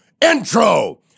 intro